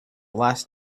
last